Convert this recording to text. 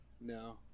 No